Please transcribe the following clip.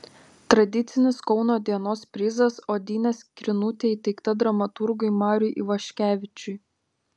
tradicinis kauno dienos prizas odinė skrynutė įteikta dramaturgui mariui ivaškevičiui